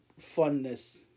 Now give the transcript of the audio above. funness